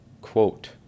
quote